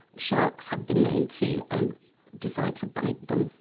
sharks have been known to and decide to bite them,